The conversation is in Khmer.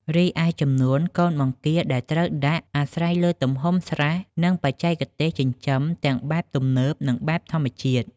រីឯ ចំនួនកូនបង្គាដែលត្រូវដាក់ អាស្រ័យលើទំហំស្រះ និងបច្ចេកទេសចិញ្ចឹមទាំងបែបទំនើប ឬបែបធម្មជាតិ។